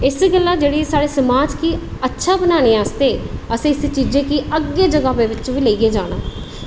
इस गल्ला जेह्की साढ़े समाज गी अच्छा बनाने आस्तै असें इस चीज़ा गी अग्गें लेइयै बी जाना